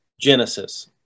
Genesis